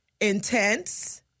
Intense